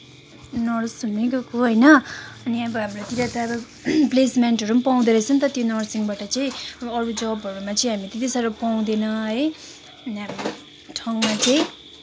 nurse हुनै गएको होइन अनि अब हाम्रोतिर त अब प्लेसमेन्टहरू पनि त पाउँदोरहेछ नि त त्यो नर्सिङबाट चाहिँ अब अरू जबहरूमा चाहिँ हामीले त्यति साह्रो पाउँदैन है अनि हाम्रो ठाउँमा चाहिँ